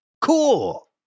cool